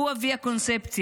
הוא אבי הקונספציה,